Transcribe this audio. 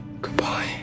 Goodbye